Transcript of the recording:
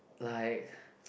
like